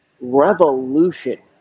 revolution